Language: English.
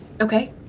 okay